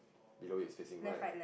below is facing right